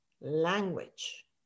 language